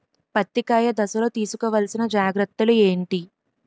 పత్తి కాయ దశ లొ తీసుకోవల్సిన జాగ్రత్తలు ఏంటి?